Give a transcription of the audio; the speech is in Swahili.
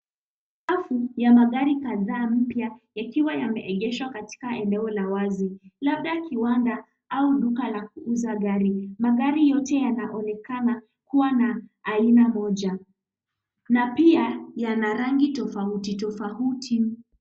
Safu magari kadha mpya yakiwa yameegeshwa katika eneo la wazi labda kiwanda au duka la kuuza gari. Magari yote yanaonekana kuwa na aina moja na pia yana rangi tofauti tofauti.